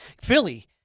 Philly